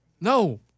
No